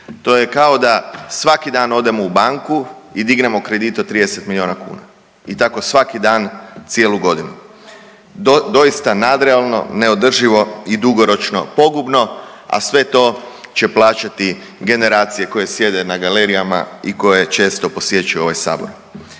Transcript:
To je kao da svaki dan odemo u banku i dignemo kredit od 30 milijuna kuna i tako svaki dan cijelu godinu. Doista nadrealno, neodrživo i dugoročno pogubno, a sve to će plaćati generacije koje sjede na galerijama i koje često posjećuju ovaj sabor.